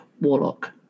Warlock